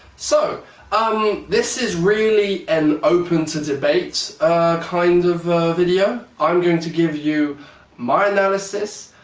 so um this is really an open to debate kind of video. i'm going to give you my analysis,